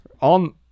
on